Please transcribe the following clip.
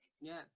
Yes